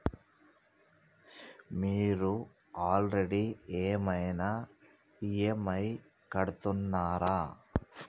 మీరు ఆల్రెడీ ఏమైనా ఈ.ఎమ్.ఐ కడుతున్నారా?